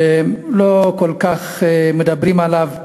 ולא כל כך מדברים על זה.